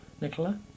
Nicola